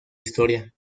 historia